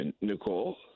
Nicole